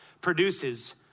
produces